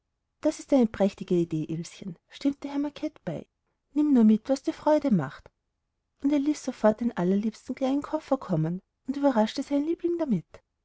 das ist eine prächtige idee ilschen stimmte herr macket bei nimm nur mit was dir freude macht und er ließ sofort einen allerliebsten kleinen koffer kommen und überraschte seinen liebling damit